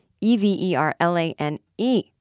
E-V-E-R-L-A-N-E